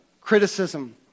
criticism